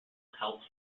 health